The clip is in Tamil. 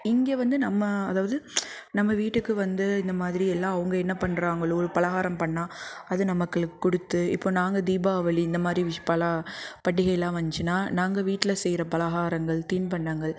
இங்கே வந்து நம்ம அதாவது நம்ம வீட்டுக்கு வந்து இந்தமாதிரியெல்லாம் அவங்க என்ன பண்ணுறாங்களோ பலகாரம் பண்ணால் அது நமக்களுக்கு கொடுத்து இப்போ நாங்கள் தீபாவளி இந்தமாதிரி விஷ் பல பண்டிகையெலாம் வந்துச்சின்னா நாங்கள் வீட்டில செய்கிற பலகாரங்கள் தின்பண்டங்கள்